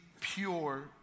pure